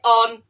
on